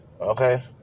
Okay